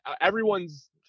everyone's